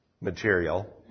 material